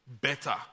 better